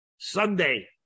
Sunday